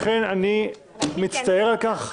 לכן, אני מצטער על כך